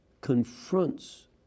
confronts